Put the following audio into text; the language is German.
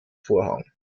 vorhang